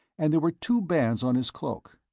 and there were two bands on his cloak.